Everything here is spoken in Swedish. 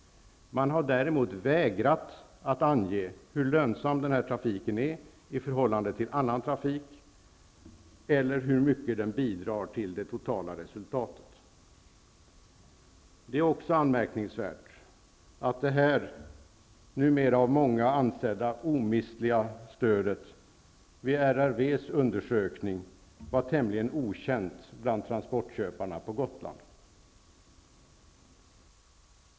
Man har däremot vägrat att ange hur lönsam den är i förhållande till annan trafik eller hur mycket den bidrar till det totala resultatet. Det är också anmärkningsvärt att det här numera av många ansedda omistliga stödet vid RRV:s undersökning var tämligen okänt bland transportköparna på Gotland.